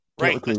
Right